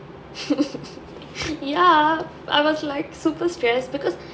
ya I was like super stressed because